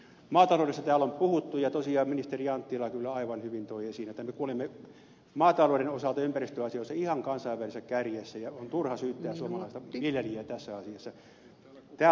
maataloudesta täällä on puhuttu ja tosiaan ministeri anttila kyllä aivan hyvin toi esiin että me kuljemme maatalouden osalta ympäristöasioissa ihan kansainvälisessä kärjessä ja on turha syyttää suomalaista viljelijää tässä asiassa